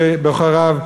שבוחריו,